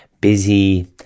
Busy